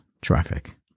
traffic